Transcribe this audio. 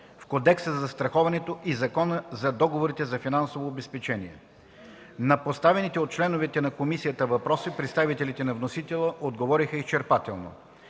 в Кодекса за застраховането и Закона за договорите за финансово обезпечение. На поставените от членове на комисията въпроси представителите на вносителя отговориха изчерпателно.